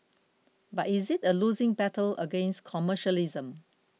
but is it a losing battle against commercialism